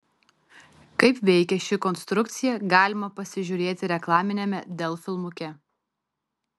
kaip veikia ši konstrukcija galima pasižiūrėti reklaminiame dell filmuke